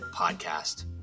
podcast